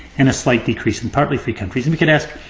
and a slight decrease in partly free countries. and we could ask,